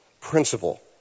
principle